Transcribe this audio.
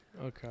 Okay